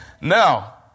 Now